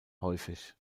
häufig